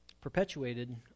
perpetuated